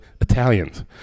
Italians